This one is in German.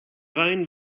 rein